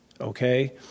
Okay